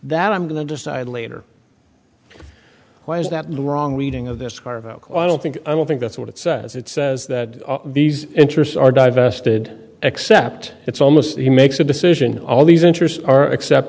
that i'm going to decide later why is that in the wrong reading of this car vocal i don't think i don't think that's what it says it says that these interests are divested except it's almost he makes a decision all these interests are except